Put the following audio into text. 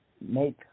make